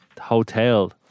hotel